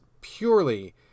purely